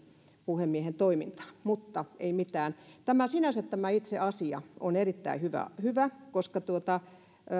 puhemiehen toimintana mutta ei mitään tämä itse asia on sinänsä erittäin hyvä hyvä koska